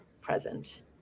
present